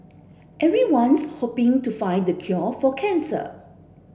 everyone's hoping to find the cure for cancer